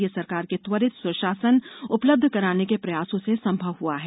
यह सरकार के त्वरित सुशासन उपलब्ध कराने के प्रयासों से संभव हुआ है